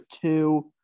two